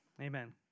Amen